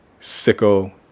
sicko